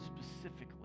specifically